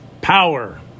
Power